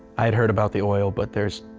i'd heard about the oil, but there's